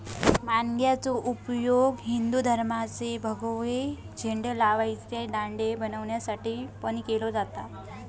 माणग्याचो उपयोग हिंदू धर्माचे भगवे झेंडे लावचे दांडे बनवच्यासाठी पण केलो जाता